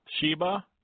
Sheba